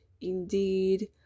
indeed